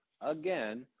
again